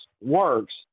works